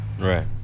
right